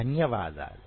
ధన్యవాదాలు